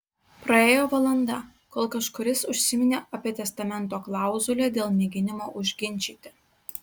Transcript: praėjo valanda kol kažkuris užsiminė apie testamento klauzulę dėl mėginimo užginčyti